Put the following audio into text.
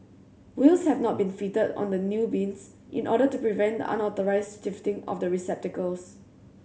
wheels have not been fitted on the new bins in order to prevent the unauthorised shifting of the receptacles